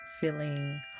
feeling